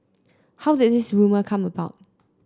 how did this rumour come about